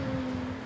mm